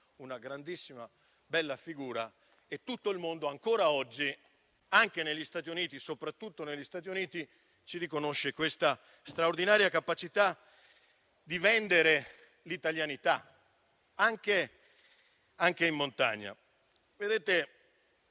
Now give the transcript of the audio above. una grandissima bella figura e tutto il mondo, ancora oggi, anche e soprattutto negli Stati Uniti, ci riconosce la straordinaria capacità di vendere l'italianità, anche in montagna. Da